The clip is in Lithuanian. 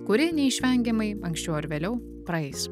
kuri neišvengiamai anksčiau ar vėliau praeis